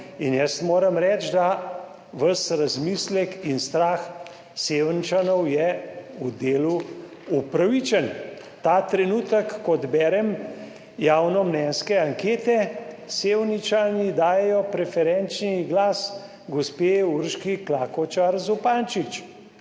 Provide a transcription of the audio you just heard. in jaz moram reči, da ves razmislek in strah Sevničanov je v delu upravičen. Ta trenutek, ko berem javnomnenjske ankete, Sevničani dajejo preferenčni glas gospe Urški Klakočar Zupančič.